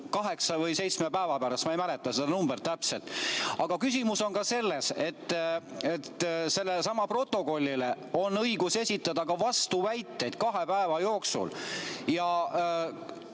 kaheksa või seitsme päeva pärast, ma ei mäleta seda numbrit täpselt. Aga küsimus on ka selles, et selle protokolli kohta on õigus esitada vastuväiteid kahe päeva jooksul.